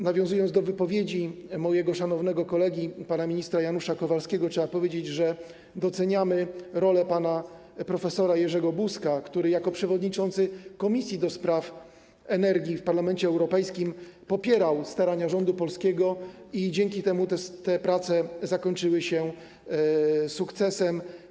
Nawiązując do wypowiedzi mojego szanownego kolegi, pana ministra Janusza Kowalskiego, trzeba powiedzieć, że bardzo doceniamy rolę pana prof. Jerzego Buzka, który jako przewodniczący komisji do spraw energii w Parlamencie Europejskim popierał starania rządu polskiego i dzięki temu te prace zakończyły się sukcesem.